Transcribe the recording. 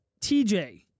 TJ